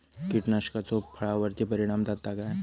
कीटकनाशकाचो फळावर्ती परिणाम जाता काय?